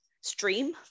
stream